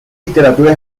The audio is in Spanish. literatura